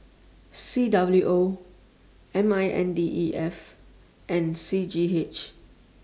C W O M I N D E F and C G H